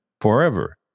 forever